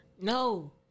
No